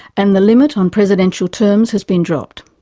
and the limit on presidential terms has been dropped.